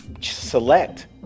select